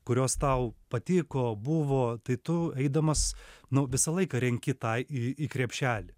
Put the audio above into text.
kurios tau patiko buvo tai tu eidamas nu visą laiką renki ta į į krepšelį